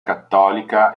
cattolica